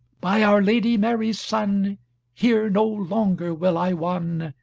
by our lady mary's son here no longer will i wonn,